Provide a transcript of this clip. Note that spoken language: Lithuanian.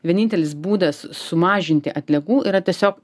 vienintelis būdas sumažinti atliekų yra tiesiog